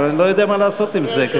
אני לא יודע מה לעשות עם זה.